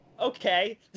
okay